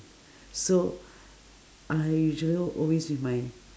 so I usually always with my